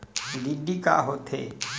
DD का होथे?